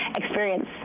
experience